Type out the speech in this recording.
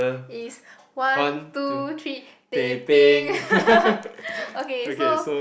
it is one two three teh peng okay so